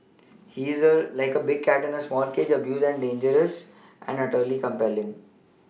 he's like a big cat in a small cage abused and dangerous and utterly compelling